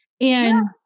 And-